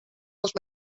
dels